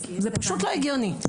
זה פשוט לא הגיוני.